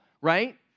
right